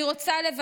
אני רוצה להאמין,